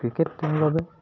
cricket